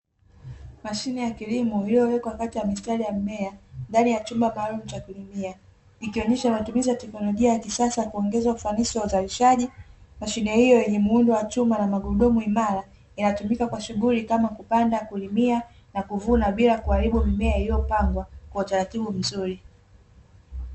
Mashine ya kilimo iliyowekwa kati ya mistari ya mimea ndani ya chumba maalumu cha kulimia ikionyesha matumizi ya teknolojia ya kisasa ya kuongeza ufanisi wa uzalishaji. Mashine hiyo yenye muundo wa chuma na magurudumu imara inatumika kwa shughuli kama kupanda, kulimia na kuvuna bila kuharibu mimea iliyopandwa kwa utaratibu mzuri.